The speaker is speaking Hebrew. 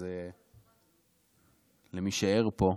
אז למי שער פה,